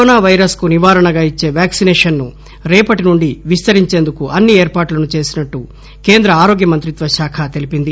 corona virus కు నివారణ గా ఇచ్చే వాక్సినేషన్ ను రేపటి నుండి విస్తరించేందుకు అన్ని ఏర్పాట్లను చేసినట్టు కేంద్ర ఆరోగ్య మంత్రిత్వ శాఖ తెలిపింది